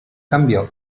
cambiò